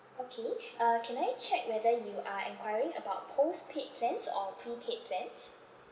okay uh can I check whether you are enquiring about postpaid plans or prepaid plans